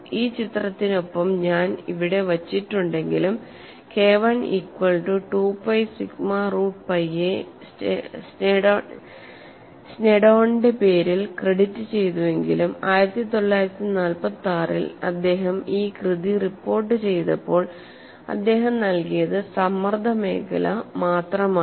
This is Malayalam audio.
ഈ ചിത്രത്തിനൊപ്പം ഞാൻ ഇവിടെ വച്ചിട്ടുണ്ടെങ്കിലും K I equal to 2 pi sigma root pi a സ്നെഡോണിന്റെ പേരിൽ ക്രെഡിറ്റ് ചെയ്തുവെങ്കിലും 1946 ൽ അദ്ദേഹം ഈ കൃതി റിപ്പോർട്ടുചെയ്തപ്പോൾ അദ്ദേഹം നൽകിയത് സമ്മർദ്ദമേഖല മാത്രമാണ്